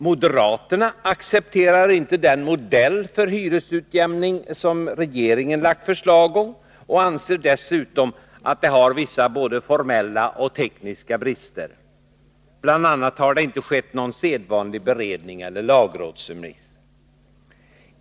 Moderaterna accepterar inte den modell för hyresutjämning som regeringen har föreslagit och anser dessutom att förslaget har vissa både formella och tekniska brister. Man anför bl.a. att det inte har skett sedvanlig beredning eller lagrådsremiss.